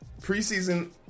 preseason